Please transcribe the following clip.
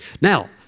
Now